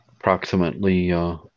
approximately